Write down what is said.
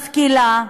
משכילה,